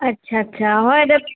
আচ্ছা আচ্ছা হয় দিয়ক